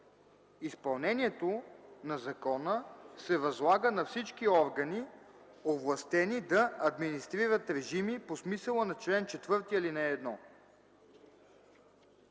Изпълнението на закона се възлага на всички органи, овластени да администрират режими по смисъла на чл. 4, ал.